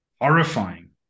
horrifying